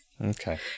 Okay